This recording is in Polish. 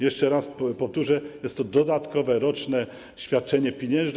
Jeszcze raz powtórzę: jest to dodatkowe roczne świadczenie pieniężne.